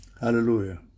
Hallelujah